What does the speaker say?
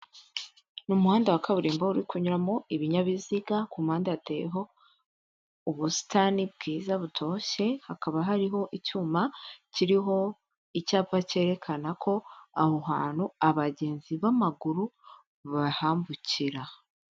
Ni umuhanda wa kaburimbo uri kunyuramo ibinyabiziga ku mpande hateyeho ubusitani bwiza butoshye hakaba hariho icyuma kiriho icyapa kerekana ko aho hantu abagenzi b'amaguru bahambukira.